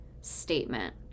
statement